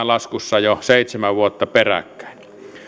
laskussa jo seitsemän vuotta peräkkäin